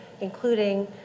including